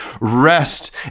rest